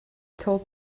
told